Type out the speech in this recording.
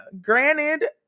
granted